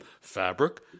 fabric